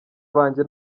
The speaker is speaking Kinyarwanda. banjye